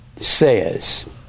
says